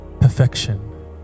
perfection